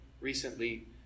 recently